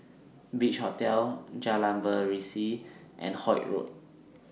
Beach Hotel Jalan Berseri and Holt Road